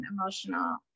emotional